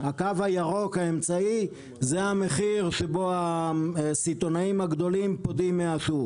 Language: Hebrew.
הקו הירוק האמצעי זה המחיר שבו הסיטונאים הגדולים פודים מהשוק.